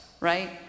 right